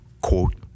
quote